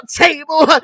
table